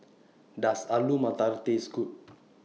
Does Alu Matar Taste Good